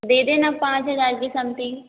दे देना पाँच हज़ार के समथिंग